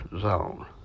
zone